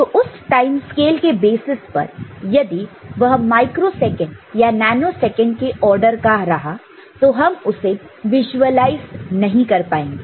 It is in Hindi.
तो उस टाइम स्केल के बेसिस पर यदि वह माइक्रोसेकंड या नैनो सेकंड के ऑर्डर का रहा तो हम उसे विश्वालाइज नहीं कर पाएंगे